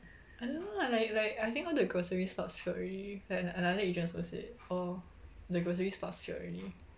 I don't know lah like like I think all the grocery slots filled already and another agent also said oh the grocery slots filled already